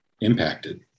impacted